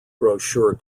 brochure